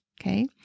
okay